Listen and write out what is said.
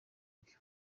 bwe